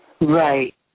right